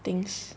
things